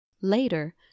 Later